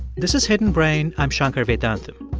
this is hidden brain. i'm shankar vedantam.